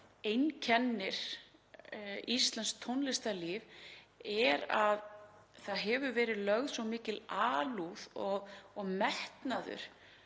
einkennir íslenskt tónlistarlíf er að það hefur verið lögð svo mikil alúð og metnaður